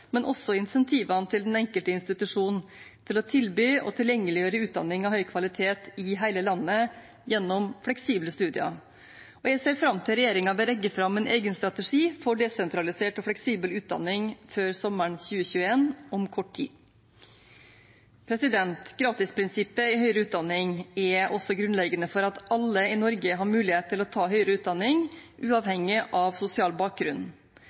insentivene til den enkelte institusjon til å tilby og tilgjengeliggjøre utdanning av høy kvalitet i hele landet, gjennom fleksible studier. Jeg ser fram til at regjeringen vil legge fram en egen strategi for desentralisert og fleksibel utdanning før sommeren 2021, om kort tid. Gratisprinsippet i høyere utdanning er også grunnleggende for at alle i Norge har mulighet til å ta høyere utdanning, uavhengig av sosial bakgrunn.